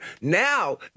now